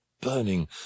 burning